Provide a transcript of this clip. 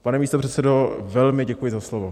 Pane místopředsedo, velmi děkuji za slovo.